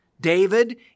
David